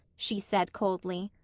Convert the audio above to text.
she said coldly.